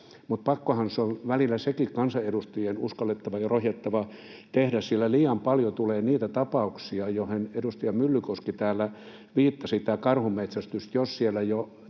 on välillä sekin uskaltaa ja rohjeta tehdä, sillä liian paljon tulee niitä tapauksia, joihin edustaja Myllykoski täällä viittasi, tähän karhunmetsästykseen. Jos siellä jo tämä